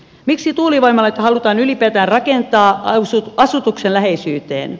miksi tuulivoimaloita halutaan ylipäätään rakentaa asutuksen läheisyyteen